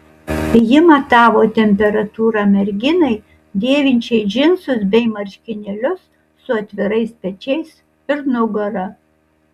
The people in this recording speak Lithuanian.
ji matavo temperatūrą merginai dėvinčiai džinsus bei marškinėlius su atvirais pečiais ir nugara